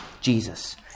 Jesus